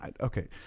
okay